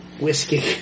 whiskey